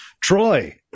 Troy